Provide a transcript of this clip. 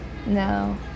No